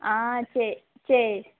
ஆ சரி சரி